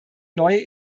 neue